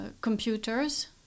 computers